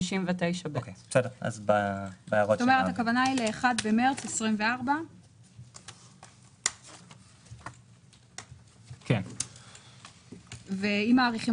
כלומר הכוונה היא ל-1 במרץ 24. ואם מאריכים